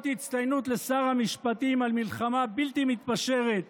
אות הצטיינות לשר המשפטים על מלחמה בלתי מתפשרת